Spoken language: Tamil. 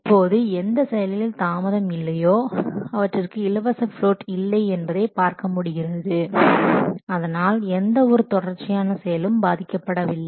இப்போது எந்த செயலில் தாமதம் இல்லையோ அவற்றிற்கு இலவச பிளோட் இல்லை என்பதை பார்க்க முடிகிறது அதனால் எந்த ஒரு தொடர்ச்சியான செயலும் பாதிக்கப்படவில்லை